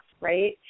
right